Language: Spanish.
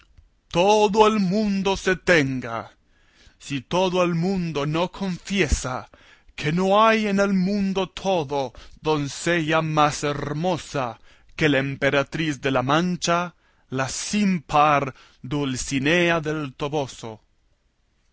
todo el mundo se tenga si todo el mundo no confiesa que no hay en el mundo todo doncella más hermosa que la emperatriz de la mancha la sin par dulcinea del toboso